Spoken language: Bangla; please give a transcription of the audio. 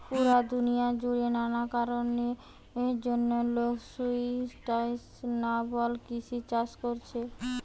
পুরা দুনিয়া জুড়ে নানা কারণের জন্যে লোক সুস্টাইনাবল কৃষি চাষ কোরছে